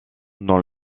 dans